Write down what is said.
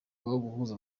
guhuza